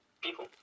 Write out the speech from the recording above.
people